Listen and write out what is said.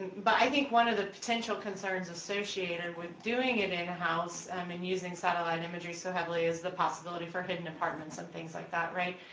but i think one of the potential concerns associated with doing it in-house, um and using satellite imagery so heavily, is the but so ponlt for hidden apartments and things like that, right,